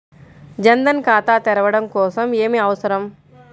జన్ ధన్ ఖాతా తెరవడం కోసం ఏమి అవసరం?